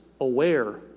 aware